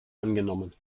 angenommen